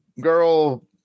girl